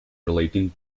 relating